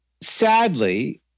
Sadly